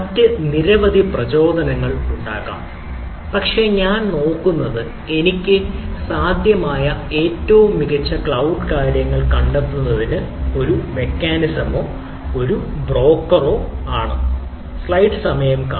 മറ്റ് നിരവധി പ്രചോദനങ്ങൾ ഉണ്ടാകാം പക്ഷേ ഞാൻ നോക്കുന്നത് എനിക്ക് സാധ്യമായ ഏറ്റവും മികച്ച ക്ലൌഡ് കാര്യങ്ങൾ കണ്ടെത്തുന്നതിന് ഒരു മെക്കാനിസമോ ബ്രോക്കറോ ആവശ്യമാണ്